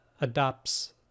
adopts